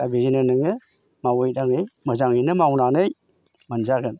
दा बेजोंनो नोङो मावै दाङै मोजाङैनो मावनानै मोनजागोन